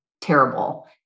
terrible